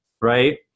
right